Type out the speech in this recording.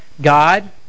god